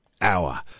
hour